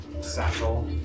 satchel